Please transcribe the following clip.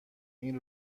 این